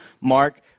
Mark